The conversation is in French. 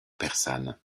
persane